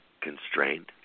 constrained